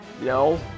no